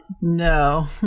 No